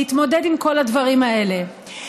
להתמודד עם כל הדברים האלה,